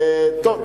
טוב,